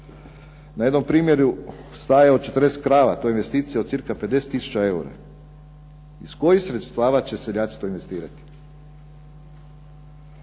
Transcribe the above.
Na jednom primjeru staje od 40 krava to je investicija od cirka 50000 eura. Iz kojih sredstava će seljaci to investirati?